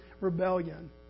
rebellion